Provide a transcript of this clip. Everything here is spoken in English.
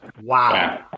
Wow